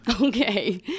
Okay